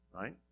right